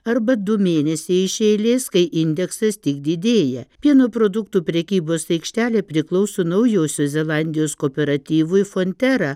arba du mėnesiai iš eilės kai indeksas tik didėja pieno produktų prekybos aikštelė priklauso naujosios zelandijos kooperatyvui fontera